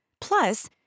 Plus